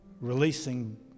Releasing